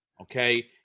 Okay